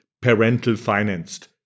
parental-financed